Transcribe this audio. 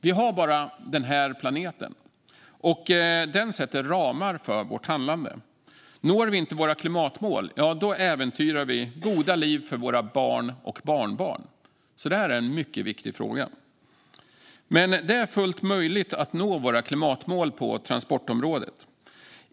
Vi har bara denna planet, och den sätter ramar för vårt handlande. Når vi inte våra klimatmål äventyrar vi goda liv för våra barn och barnbarn. Det är alltså en mycket viktig fråga. Det är dock fullt möjligt att nå våra klimatmål på transportområdet.